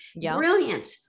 Brilliant